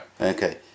Okay